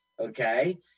Okay